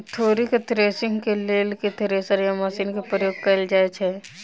तोरी केँ थ्रेसरिंग केँ लेल केँ थ्रेसर या मशीन केँ प्रयोग कैल जाएँ छैय?